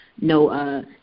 no